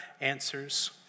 answers